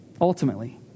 ultimately